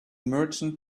merchant